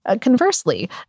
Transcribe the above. Conversely